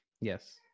yes